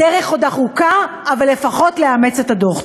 הדרך עוד ארוכה, אבל לפחות לאמץ את הדוח.